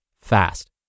fast